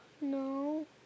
No